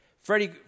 Freddie